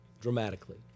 dramatically